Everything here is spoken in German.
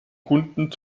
kunden